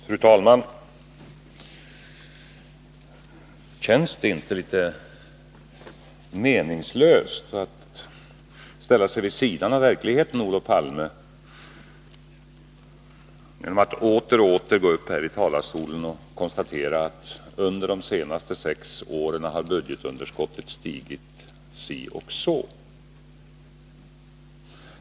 Fru talman! Känns det inte litet meningslöst, Olof Palme, att ställa sig vid sidan om verkligheten genom att åter och åter gå upp i talarstolen och konstatera att budgetunderskottet under de senaste sex åren har stigit si och så mycket?